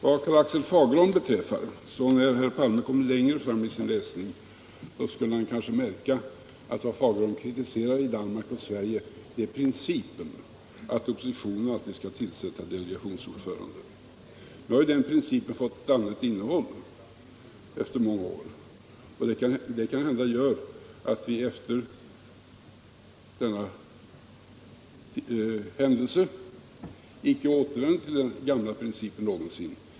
Vad Karl-August Fagerholm beträffar skulle herr Palme, när han kom längre fram i sin läsning, kanske märka att vad Fagerholm kritiserar i Danmark och Sverige är principen att oppositionen alltid skall tillsätta delegationsordförande. Nu har ju den principen fått ett annat innehåll efter många år, och det gör kanske att vi efter denna händelse icke nå gonsin återvänder till den gamla principen.